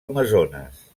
amazones